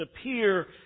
appear